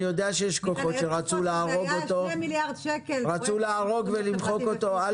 אני יודע שיש כוחות שרצו להרוג אותו ולמחוק אותו.